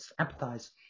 empathize